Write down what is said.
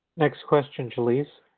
next question, jalyce.